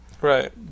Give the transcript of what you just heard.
Right